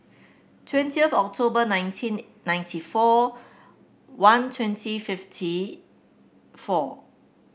twentieth October nineteen ninety four one twenty fifty four